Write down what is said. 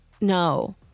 no